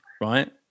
right